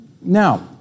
Now